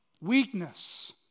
Weakness